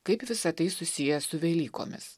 kaip visa tai susiję su velykomis